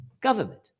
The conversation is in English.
government